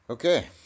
Okay